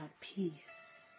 peace